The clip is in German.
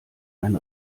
ein